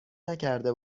نکرده